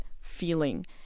feeling